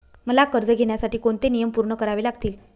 मला कर्ज घेण्यासाठी कोणते नियम पूर्ण करावे लागतील?